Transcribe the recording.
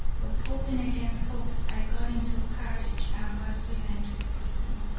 but, hoping against hopes, i got into a carriage and was driven to the prison.